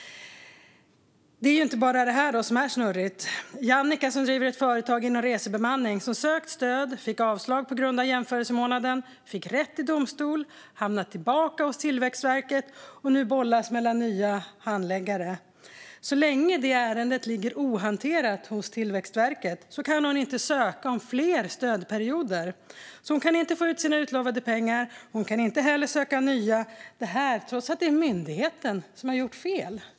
Det är inte bara det här som är snurrigt. Jannica, som driver ett företag inom resebemanning, sökte stöd, fick avslag på grund av jämförelsemånaden, fick rätt i domstol, hamnade hos Tillväxtverket igen och bollas nu mellan nya olika handläggare. Så länge ärendet ligger ohanterat hos Tillväxtverket kan hon inte söka om fler stödperioder, och därför kan hon inte få ut sina utlovade pengar. Hon kan inte heller söka nya, detta trots att det är myndigheten som har gjort fel.